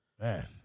Man